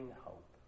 hope